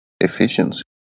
efficiency